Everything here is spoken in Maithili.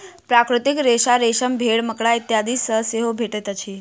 प्राकृतिक रेशा रेशम, भेंड़, मकड़ा इत्यादि सॅ सेहो भेटैत अछि